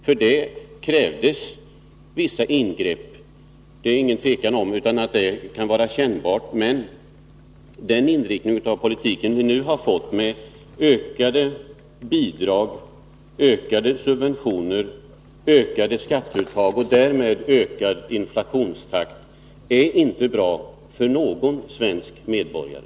För att åstadkomma detta krävdes vissa ingrepp. Det råder inget tvivel om att det kan vara kännbart med sådana. Men den nuvarande inriktningen av politiken, med ökade bidrag, ökade subventioner, ökade skatteuttag och därmed en ökad inflationstakt, är inte bra för någon svensk medborgare.